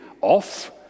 off